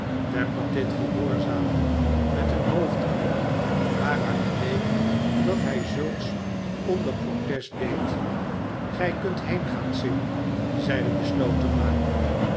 tappertit gehoorzaamde met een hoofdknik waaruit bleek dat hij zulks onder protest deed gijkunt heengaan sim zeide de